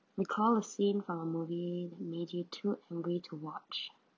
recall a scene from a movie that make you too angry to watch